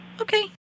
Okay